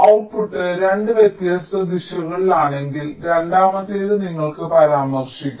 output 2 വ്യത്യസ്ത ദിശകളിലാണെങ്കിൽ രണ്ടാമത്തേത് നിങ്ങൾക്ക് പരാമർശിക്കാം